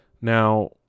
Now